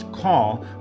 call